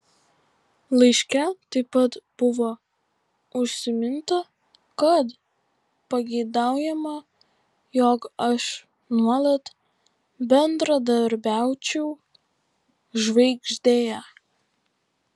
laiške taip pat buvo užsiminta kad pageidaujama jog aš nuolat bendradarbiaučiau žvaigždėje